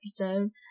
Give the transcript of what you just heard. episode